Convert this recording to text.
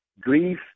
grief